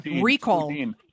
recall